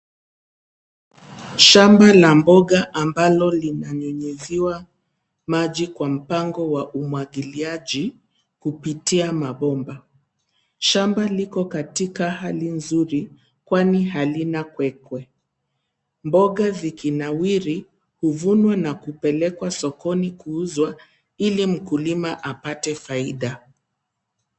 Shamba la mboga ambalo linanyunyiziwa maji kwa mpango wa umwagiliaji kupitia mabomba. Shamba liko katika hali nzuri kwani halina kwekwe. Mboga zikinawiri huvunwa na kupelekwa sokoni kuuzwa ili mkulima apate faida.